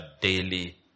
daily